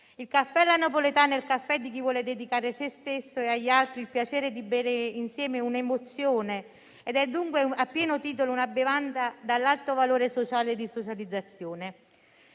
Il caffè alla napoletana è il caffè di chi vuole dedicare a se stesso e agli altri il piacere di bere insieme un'emozione ed è dunque a pieno titolo una bevanda dall'alto valore sociale e di socializzazione.